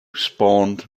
spawned